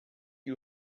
you